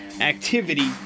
activity